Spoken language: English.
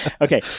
Okay